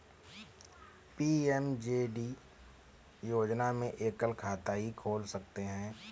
PMJD योजना में एकल खाता ही खोल सकते है